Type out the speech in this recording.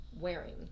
wearing